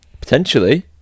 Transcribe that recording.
Potentially